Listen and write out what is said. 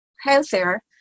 healthier